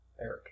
Eric